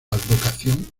advocación